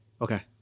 Okay